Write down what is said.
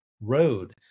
road